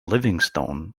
livingstone